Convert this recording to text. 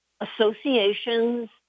associations